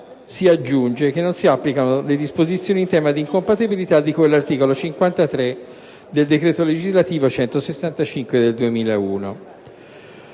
si aggiunge che non si applicano le disposizioni in tema di incompatibilità di cui all'articolo 53 del decreto legislativo 30 marzo 2001,